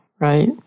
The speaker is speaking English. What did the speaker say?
right